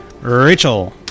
Rachel